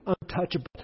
untouchable